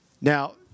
Now